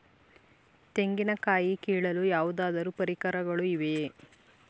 ತೆಂಗಿನ ಕಾಯಿ ಕೀಳಲು ಯಾವುದಾದರು ಪರಿಕರಗಳು ಇವೆಯೇ?